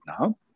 now